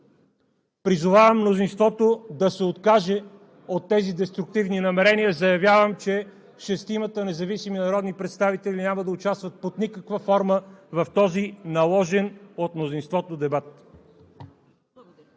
Призовавам мнозинството да се откаже от тези деструктивни намерения. Заявявам, че шестимата независими народни представители няма да участват под никаква форма в този наложен от мнозинството дебат!